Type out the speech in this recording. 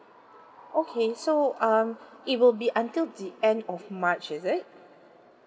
okay so um it will be until the end of march is it